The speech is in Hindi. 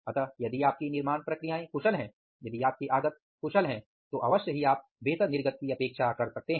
अतः यदि आपकी निर्माण प्रक्रियाएं कुशल हैं यदि आपके आगत कुशल हैं तो अवश्य आप बेहतर निर्गत की अपेक्षा कर सकते हैं